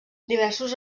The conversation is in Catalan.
diversos